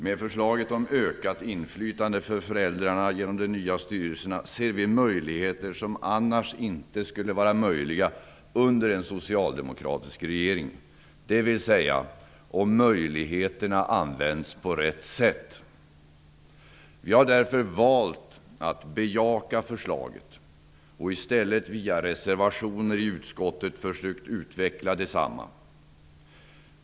Med förslaget om ökat inflytande för föräldrarna genom de nya styrelserna ser vi möjligheter som annars inte skulle finnas under en socialdemokratisk regering. Förslaget ger alltså möjligheter om det används på rätt sätt. Vi har därför valt att bejaka förslaget och via reservationer i utskottet försökt att utveckla detsamma.